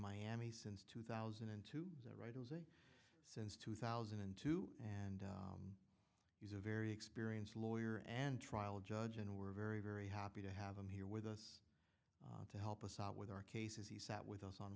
miami since two thousand and two since two thousand and two and he's a very experienced lawyer and trial judge and we're very very happy to have him here with us to help us out with our cases he sat with us on